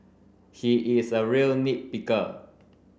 he is a real nit picker